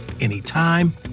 anytime